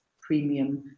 premium